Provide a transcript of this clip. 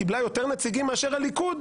קיבלה יותר נציגים מאשר הליכוד,